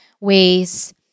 ways